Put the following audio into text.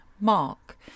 Mark